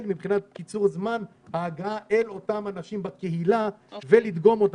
מבחינת קיצור זמן ההגעה אל אותם אנשים בקהילה והדגימה שלהם,